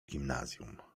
gimnazjum